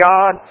God